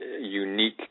unique